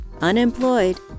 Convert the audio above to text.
unemployed